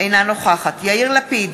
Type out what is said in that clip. אינה נוכחת יאיר לפיד,